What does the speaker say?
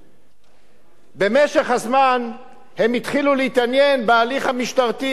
במשך הזמן הם התחילו להתעניין בהליך המשטרתי,